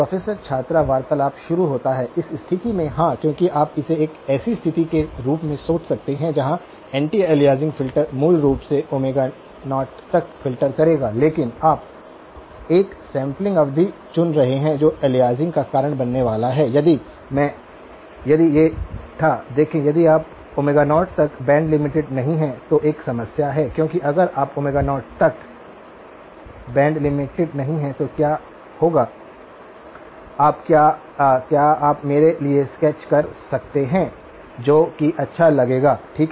professor छात्र वार्तालाप शुरू होता है इस स्थिति में हां क्योंकि आप इसे एक ऐसी स्थिति के रूप में सोच सकते हैं जहां एंटी अलियासिंग फिल्टर मूल रूप से ओमेगा नॉट तक फ़िल्टर करेगा लेकिन आप एक सैंपलिंग अवधि चुन रहे हैं जो अलियासिंग का कारण बनने वाला है यदि ये था देखें यदि आप 0 तक बैंड लिमिटेड नहीं हैं तो एक समस्या है क्योंकि अगर आप 0 तक बैंड लिमिटेड नहीं हैं तो क्या होगा क्या आप मेरे लिए स्केच कर सकते हैं जो कि अच्छा लगेगा ठीक है